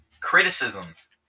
Criticisms